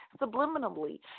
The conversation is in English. subliminally